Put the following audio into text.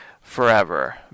forever